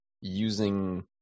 using